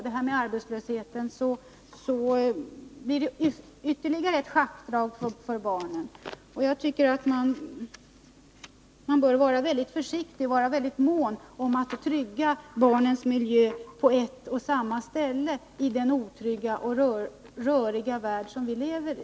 Detta med arbetslösheten blir då ytterligare ett schackdrag för barnen. Man bör vara väldigt försiktig, och man bör vara mån om att trygga barnens miljö på ett och samma ställe, i den otrygga och röriga värld som vi lever i.